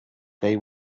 they